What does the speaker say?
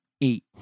eight